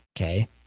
okay